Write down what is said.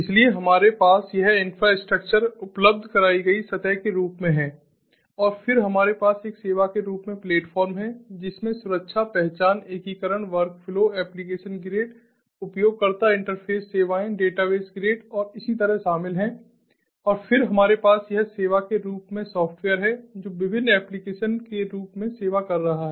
इसलिए हमारे पास यह इंफ्रास्ट्रक्चर उपलब्ध कराई गई सतह के रूप में है और फिर हमारे पास एक सेवा के रूप में प्लेटफ़ॉर्म है जिसमें सुरक्षा पहचान एकीकरण वर्कफ़्लो एप्लिकेशन ग्रिड उपयोगकर्ता इंटरफ़ेस सेवाएं डेटाबेस ग्रिड और इसी तरह शामिल हैं और फिर हमारे पास यह सेवा के रूप में सॉफ़्टवेयर है जो विभिन्न एप्लीकेशन के रूप में सेवा कर रहे हैं